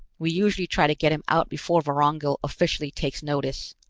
we usually try to get him out before vorongil officially takes notice.